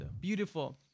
Beautiful